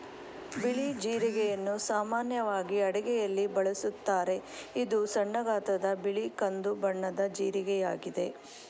ಬಿಳಿ ಜೀರಿಗೆಯನ್ನು ಸಾಮಾನ್ಯವಾಗಿ ಅಡುಗೆಯಲ್ಲಿ ಬಳಸುತ್ತಾರೆ, ಇದು ಸಣ್ಣ ಗಾತ್ರದ ಬಿಳಿ ಕಂದು ಬಣ್ಣದ ಜೀರಿಗೆಯಾಗಿದೆ